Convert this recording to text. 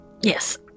Yes